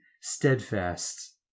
steadfast